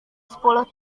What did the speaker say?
sepuluh